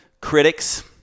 critics